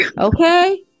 Okay